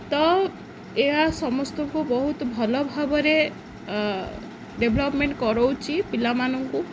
ତ ଏହା ସମସ୍ତଙ୍କୁ ବହୁତ ଭଲ ଭାବରେ ଡେଭ୍ଲପ୍ମେଣ୍ଟ୍ କରାଉଛି ପିଲାମାନଙ୍କୁ